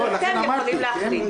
אתם יכולים להחליט.